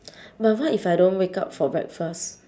but what if I don't wake up for breakfast